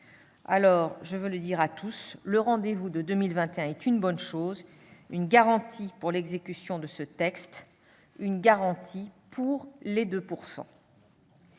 Je veux le dire à tous : le rendez-vous de 2021 est une bonne chose, une garantie pour l'exécution de ce texte, une garantie pour les 2 %.